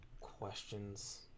questions